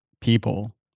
people